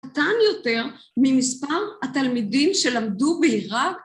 קטן יותר ממספר התלמידים שלמדו בעיראק